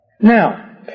Now